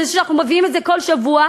היא שאנחנו מביאים את זה בכל שבוע,